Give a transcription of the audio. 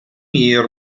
year